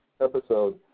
episode